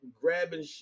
grabbing